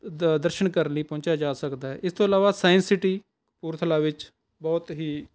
ਦ ਦਰਸ਼ਨ ਕਰਨ ਲਈ ਪਹੁੰਚਿਆ ਜਾ ਸਕਦਾ ਹੈ ਇਸ ਤੋਂ ਇਲਾਵਾ ਸਾਇੰਸ ਸਿਟੀ ਕਪੂਰਥਲਾ ਵਿੱਚ ਬਹੁਤ ਹੀ